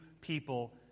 people